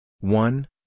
One